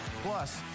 plus